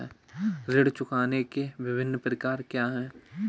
ऋण चुकाने के विभिन्न प्रकार क्या हैं?